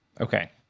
Okay